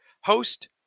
host